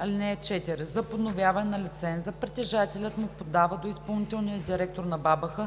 „(4) За подновяване на лиценза притежателят му подава до изпълнителния директор на БАБХ